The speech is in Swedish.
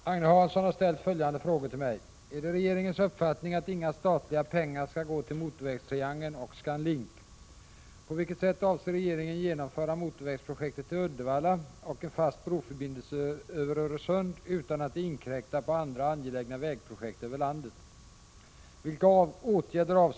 Herr talman! Agne Hansson har ställt följande frågor till mig: - Är det regeringens uppfattning att inga statliga pengar skall gå till motorvägstriangeln och ScanLink? —- På vilket sätt avser regeringen genomföra motorvägsprojektet till Uddevalla och en fast broförbindelse över Öresund utan att det inkräktar på andra angelägna vägprojekt över landet?